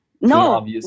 No